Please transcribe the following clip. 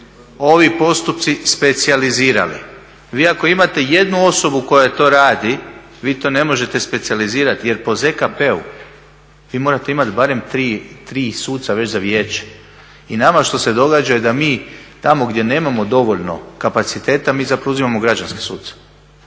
ovi postupci specijalizirali. Vi ako imate jednu osobu koja to radi vi to ne možete specijalizirati jer po ZKP-u vi morate imati barem tri suca već za vijeće. I nama što se događa da mi tamo gdje nemamo dovoljno kapaciteta mi zapravo uzimamo građanske suce